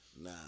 Nah